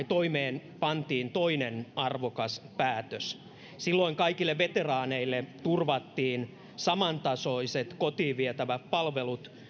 toimeenpantiin toinen arvokas päätös silloin kaikille veteraaneille turvattiin samantasoiset kotiinvietävät palvelut